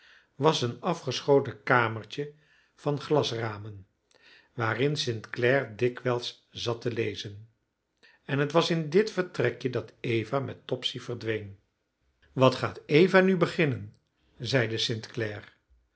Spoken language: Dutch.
was een afgeschoten kamertje van glasramen waarin st clare dikwijls zat te lezen en het was in dit vertrekje dat eva met topsy verdween wat gaat eva nu beginnen zeide st